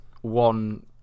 one